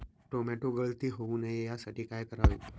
Tomato गळती होऊ नये यासाठी काय करावे?